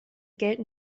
gelten